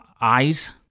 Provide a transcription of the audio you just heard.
eyes